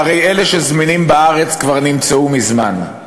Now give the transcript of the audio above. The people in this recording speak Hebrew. והרי אלה שזמינים בארץ כבר נמצאו מזמן.